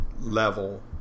level